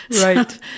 Right